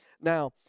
Now